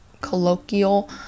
colloquial